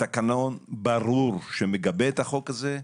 תקנון ברור שמגבה את החוק הזה,